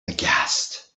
aghast